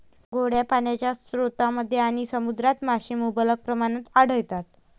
गोड्या पाण्याच्या स्रोतांमध्ये आणि समुद्रात मासे मुबलक प्रमाणात आढळतात